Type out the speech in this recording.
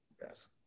yes